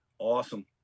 Awesome